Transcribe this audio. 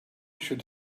should